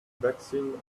vaccine